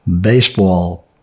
baseball